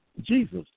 Jesus